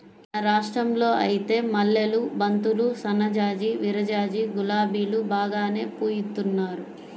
మన రాష్టంలో ఐతే మల్లెలు, బంతులు, సన్నజాజి, విరజాజి, గులాబీలు బాగానే పూయిత్తున్నారు